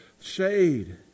Shade